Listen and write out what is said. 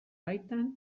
baitan